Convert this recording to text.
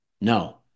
No